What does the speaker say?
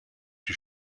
die